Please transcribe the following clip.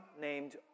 named